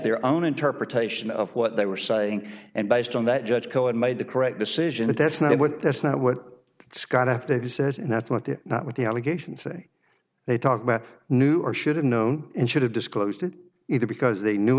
their own interpretation of what they were saying and based on that judge cohen made the correct decision and that's not what that's not what scott after the says and that's what they're not what the allegations say they talk about knew or should have known and should have disclosed it either because they knew